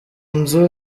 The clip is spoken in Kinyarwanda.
nzu